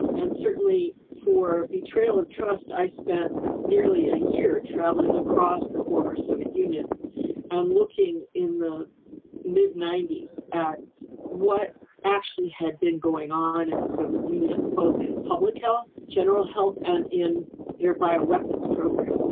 and certainly for betrayal of trust. i spent nearly a year traveling across the former soviet union onlooking in the mid ninety s at what actually had been going on in the soviet union, both in public health, general health and in their bio weapons program.